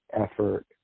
effort